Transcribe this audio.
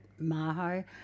maho